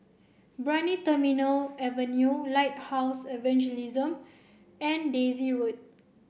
Brani Terminal Avenue Lighthouse Evangelism and Daisy Road